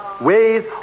ways